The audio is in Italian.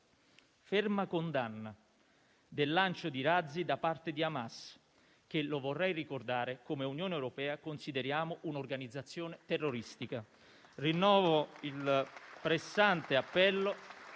ferma condanna del lancio di razzi da parte di Hamas, che - lo vorrei ricordare - come Unione europea consideriamo un'organizzazione terroristica